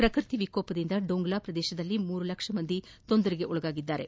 ಪ್ರಕೃತಿ ವಿಕೋಪದಿಂದ ಡೊಂಗಾಲಾ ಶ್ರದೇಶದಲ್ಲಿ ಮೂರು ಲಕ್ಷ ಮಂದಿ ತೊಂದರೆಗೊಳಗಾಗಿದ್ದು